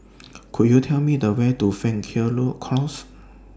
Could YOU Tell Me The Way to Close